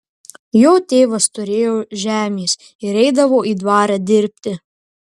jo tėvas turėjo žemės ir eidavo į dvarą dirbti